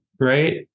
right